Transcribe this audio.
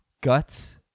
guts